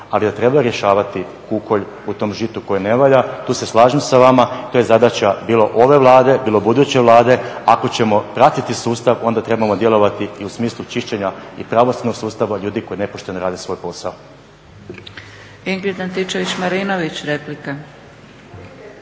ali ga treba rješavati … u tom žitu koje ne valja, tu se slažem sa vama, to je zadaća bilo ove Vlade, bilo buduće Vlade, ako ćemo pratiti sustav, onda trebamo djelovati i u smislu čišćenja i pravosudnog sustava, od ljudi koji nepošteno rade svoj posao.